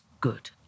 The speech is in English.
good